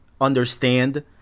understand